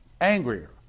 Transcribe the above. angrier